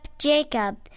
Jacob